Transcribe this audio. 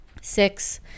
six